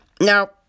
Now